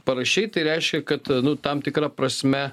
parašei tai reiškia kad nu tam tikra prasme